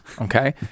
Okay